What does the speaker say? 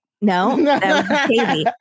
No